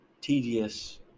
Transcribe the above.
tedious